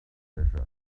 treasure